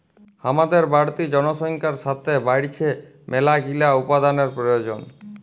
হামাদের বাড়তি জনসংখ্যার সাতে বাইড়ছে মেলাগিলা উপাদানের প্রয়োজন